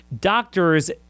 doctors